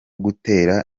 gutera